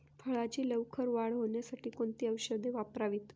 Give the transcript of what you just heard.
फळाची लवकर वाढ होण्यासाठी कोणती औषधे वापरावीत?